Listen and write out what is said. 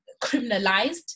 criminalized